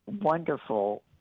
wonderful